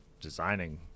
designing